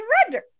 surrender